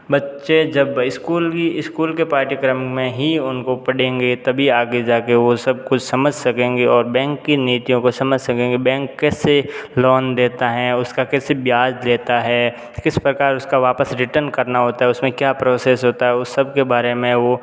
बच्चे जब इस्कूली इस्कूल के पाठ्यक्रम में ही उनको पढ़ेंगे तभी आगे जा कर वो सब कुछ समझ सकेंगे और बैंक की नीतियों को समझ सकेंगे बैंक कैसे लोन देता है उसका कैसे ब्याज लेता है किस प्रकार उसका वापस रिटर्न करना होता है उस में क्या प्रोसेस होता है उस सब के बारे में वो